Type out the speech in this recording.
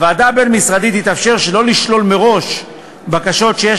לוועדה הבין-משרדית יתאפשר שלא לשלול מראש בקשות שיש